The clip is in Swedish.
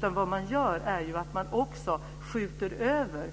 Det handlar om att skjuta över